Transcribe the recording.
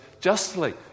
justly